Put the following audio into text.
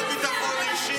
לא הביטחון האישי,